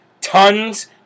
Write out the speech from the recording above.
tons